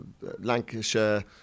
Lancashire